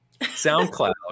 soundcloud